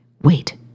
Wait